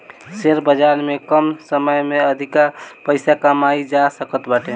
share बाजार में कम समय में अधिका पईसा कमाईल जा सकत बाटे